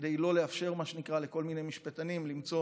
כדי לא לאפשר, מה שנקרא, לכל מיני משפטנים למצוא